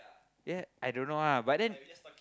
ya I don't know ah but then